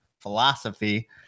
philosophy